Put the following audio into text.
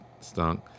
stunk